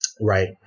right